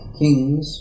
kings